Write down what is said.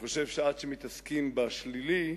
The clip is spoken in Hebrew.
כשמתעסקים בשלילי,